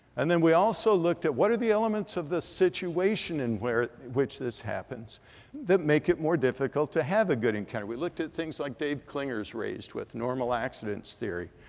and then we also looked at what are the elements of the situation in which this happens that make it more difficult to have a good encounter. we looked at things like dave klinger's raised with normal accidents theory.